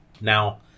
Now